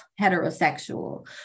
heterosexual